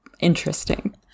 interesting